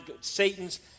Satan's